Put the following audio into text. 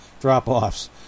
drop-offs